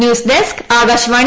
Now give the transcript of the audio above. news desk Akashvani